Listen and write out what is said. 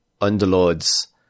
Underlords